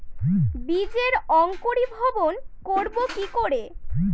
বীজের অঙ্কোরি ভবন করব কিকরে?